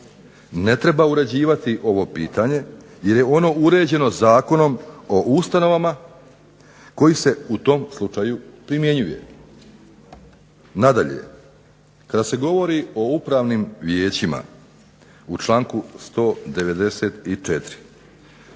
ne treba uređivati ovo pitanje jer je ono uređeno Zakonom o ustanovama koji se u tom slučaju primjenjuje. Nadalje kada se govori o upravnim vijećima, u članku 194.,